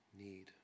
need